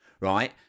right